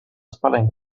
spelling